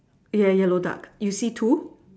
ya yellow duck you see two